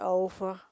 over